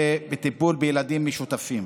בטיפול בילדים משותפים.